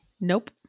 Nope